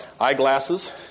eyeglasses